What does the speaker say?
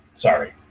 Sorry